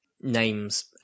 names